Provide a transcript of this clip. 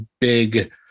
big